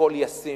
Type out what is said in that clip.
הכול ישים,